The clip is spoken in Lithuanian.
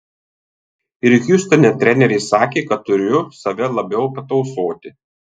ir hjustone treneriai sakė kad turiu save labiau patausoti